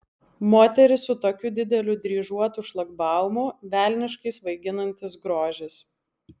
moteris su tokiu dideliu dryžuotu šlagbaumu velniškai svaiginantis grožis